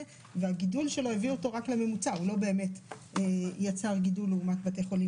וראיתי עד כמה זה